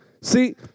See